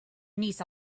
niece